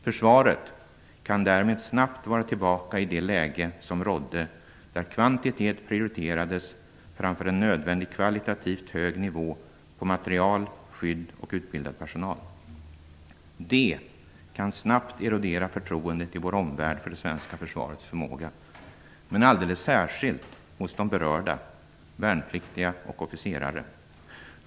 Försvaret kan därmed snabbt vara tillbaka i det läge som rådde tidigare, där kvantitet prioriterades framför en nödvändig kvalitativt hög nivå på materiel, skydd och utbildad personal. Det kan snabbt erodera förtroendet hos vår omvärld för det svenska försvarets förmåga, men alldeles särskilt hos de berörda, dvs. värnpliktiga och officerare.